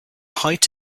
height